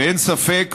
ואין ספק,